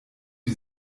wie